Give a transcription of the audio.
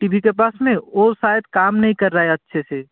T V के पास वो शायद काम नहीं कर रहा अच्छे से